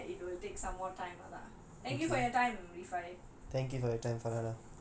இல்ல:illa honestly நான் நினைச்சேன்:naan ninaichaen it'll take some more time